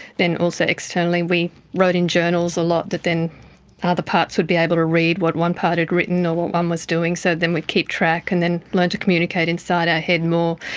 then also externally we wrote in journals a lot that then other parts would be able to read what one part had written or what one was doing, so then we'd keep track and learn to communicate inside our head more.